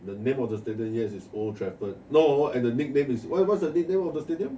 the name of the stadium yes is old trafford no the nickname is what is the nickname of the stadium